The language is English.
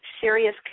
serious